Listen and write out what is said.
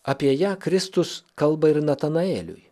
apie ją kristus kalba ir natanaeliui